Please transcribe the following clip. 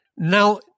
Now